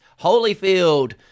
Holyfield